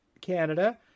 Canada